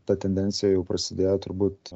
ta tendencija jau prasidėjo turbūt